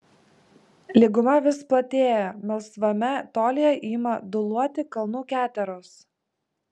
lyguma vis platėja melsvame tolyje ima dūluoti kalnų keteros